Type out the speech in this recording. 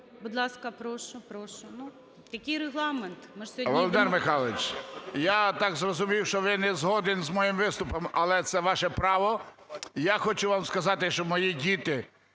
Володимир Михайлович, я так зрозумів, що ви не згодні з моїм виступом, але це ваше право. Я хочу вам сказати, що мої діти